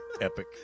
epic